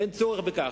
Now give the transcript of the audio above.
אין צורך בכך.